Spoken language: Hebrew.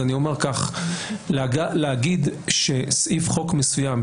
להגיד שסעיף חוק מסוים,